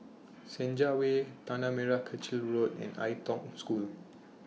Senja Way Tanah Merah Kechil Road and Ai Tong School